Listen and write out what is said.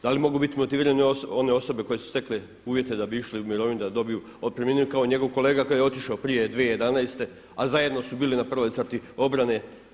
Da li mogu biti motivirane one osobe koje su stekle uvjete da bi išli u mirovinu da dobiju otpremninu kao njegov kolega kada je otišao prije 2011., a zajedno su bili na prvoj crti obrane?